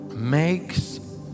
makes